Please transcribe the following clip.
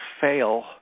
fail